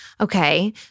Okay